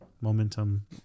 momentum